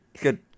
good